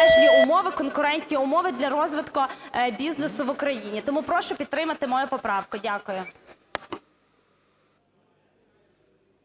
належні умови, конкурентні умови для розвитку бізнесу в Україні. Тому прошу підтримати мою поправку. Дякую.